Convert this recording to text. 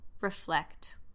reflect